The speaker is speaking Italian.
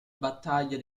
battaglia